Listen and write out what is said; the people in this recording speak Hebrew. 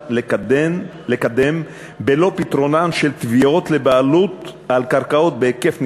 אפשרות לקדם בלא פתרונן של תביעות לבעלות על קרקעות בהיקף נרחב.